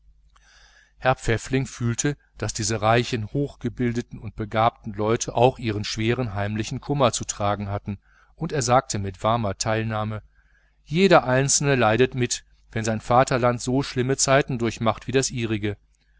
herr pfäffling fühlte daß diese reichen hochgebildeten und begabten leute auch ihren schweren heimlichen kummer zu tragen hatten und er sagte mit warmer teilnahme jeder einzelne leidet mit wenn sein vaterland so schlimme zeiten durchmacht wie das ihrige